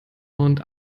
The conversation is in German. und